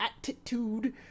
attitude